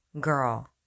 girl